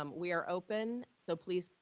um we are open so please,